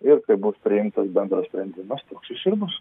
ir kai bus priimtas bendras sprendimas toks jis ir bus